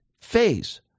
phase